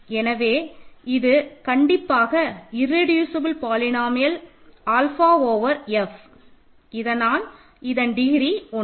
எனவே இது கண்டிப்பாக irreducible polynomial alpha over F இதனால் இதன் டிகிரி 1